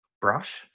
brush